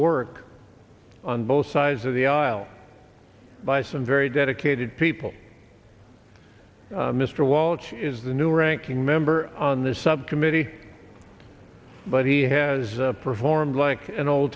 work on both sides of the aisle by some very dedicated people mr walsh is the new ranking member on this subcommittee but he has performed like an old